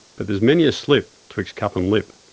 but there's many a slip twixt cup and lip.